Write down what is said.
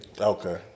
Okay